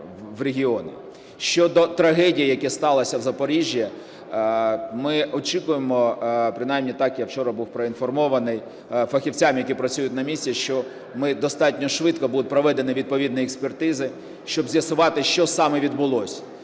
Щодо трагедії, яка сталася в Запоріжжі. Ми очікуємо, принаймні так я був вчора проінформований фахівцями, які працюють на місці, що достатньо швидко будуть проведені відповідні експертизи, щоб з'ясувати, що саме відбулося.